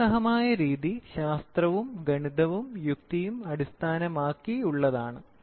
യുക്തിസഹമായ രീതി ശാസ്ത്രവും ഗണിതവും യുക്തിയും അടിസ്ഥാനമാക്കിയുള്ളതാണ്